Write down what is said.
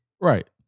right